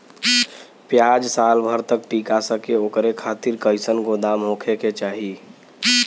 प्याज साल भर तक टीका सके ओकरे खातीर कइसन गोदाम होके के चाही?